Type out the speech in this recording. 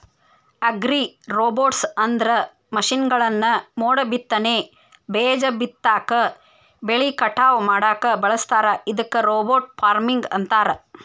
ಅಗ್ರಿರೋಬೊಟ್ಸ್ಅಂದ್ರ ಮಷೇನ್ಗಳನ್ನ ಮೋಡಬಿತ್ತನೆ, ಬೇಜ ಬಿತ್ತಾಕ, ಬೆಳಿ ಕಟಾವ್ ಮಾಡಾಕ ಬಳಸ್ತಾರ ಇದಕ್ಕ ರೋಬೋಟ್ ಫಾರ್ಮಿಂಗ್ ಅಂತಾರ